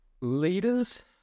Leaders